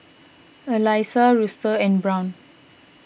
Elyssa Luster and Brown